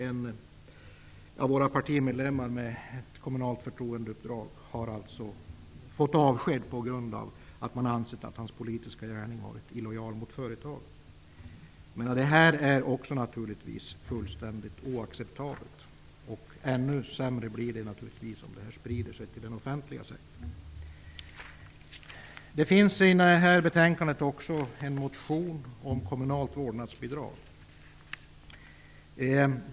En av våra partimedlemmar med kommunalt förtroendeuppdrag har nämligen avskedats på grund av att man ansett att han i sin politiska gärning har varit illojal mot företaget. Detta är fullständigt oacceptabelt. Ännu sämre blir det naturligtvis om detta sprider sig till den offentliga sektorn. I föreliggande betänkande behandlas en motion om kommunalt vårdnadsbidrag.